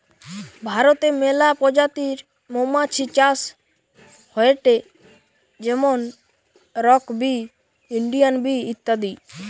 ভারতে মেলা প্রজাতির মৌমাছি চাষ হয়টে যেমন রক বি, ইন্ডিয়ান বি ইত্যাদি